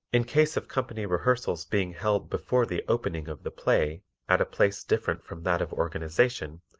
in case of company rehearsals being held before the opening of the play at a place different from that of organization,